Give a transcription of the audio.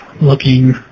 looking